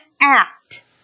act